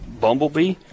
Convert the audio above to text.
Bumblebee